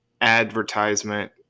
advertisement